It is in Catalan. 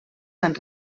van